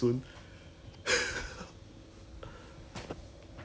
oh ya 还有我每天看到 Netflix 有写 Phua Chu Kang all that right